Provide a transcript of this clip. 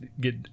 get